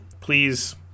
please